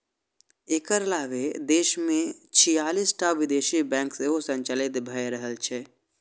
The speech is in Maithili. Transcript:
एकर अलावे देश मे छियालिस टा विदेशी बैंक सेहो संचालित भए रहल छै